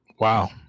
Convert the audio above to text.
Wow